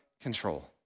control